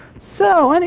so, and